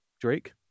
Drake